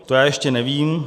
To já ještě nevím.